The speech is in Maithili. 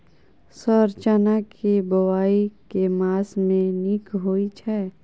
सर चना केँ बोवाई केँ मास मे नीक होइ छैय?